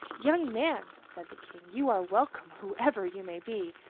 young man, said the king, you are welcome, whoever you may be.